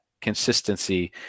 consistency